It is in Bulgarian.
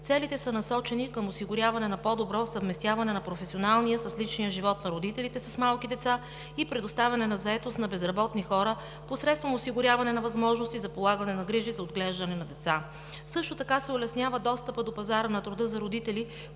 Целите са насочени към осигуряване на по-добро съвместяване на професионалния с личния живот на родителите с малки деца и предоставяне на заетост на безработни хора посредством осигуряване на възможности за полагане на грижи за отглеждане на деца. Също така се улеснява достъпът до пазара на труда за родители,